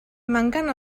manquen